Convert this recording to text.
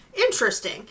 Interesting